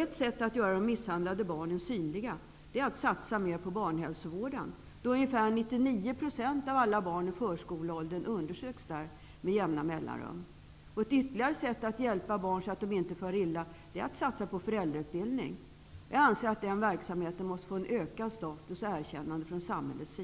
Ett sätt att göra de misshandlade barnen synliga är att satsa mer på barnhälsovården, då ungefär 99 % av alla barn i förskoleåldern undersöks där med jämna mellanrum. Ytterligare ett sätt att hjälpa barn så att de inte far illa är att satsa på föräldrautbildning. Jag anser att den verksamheten måste få ökad status och erkännande från samhället.